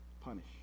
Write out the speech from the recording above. punish